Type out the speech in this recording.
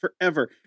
forever